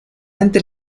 entre